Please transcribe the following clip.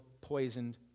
poisoned